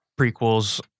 prequels